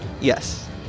Yes